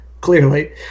clearly